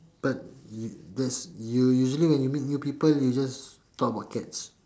but you that's you usually when you meet new people you just talk about cats